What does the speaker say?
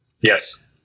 Yes